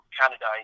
Canada